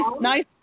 nice